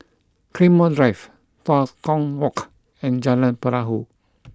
Claymore Drive Tua Kong Walk and Jalan Perahu